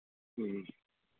ह्म्म